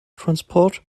transport